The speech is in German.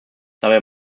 dabei